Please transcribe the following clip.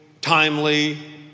timely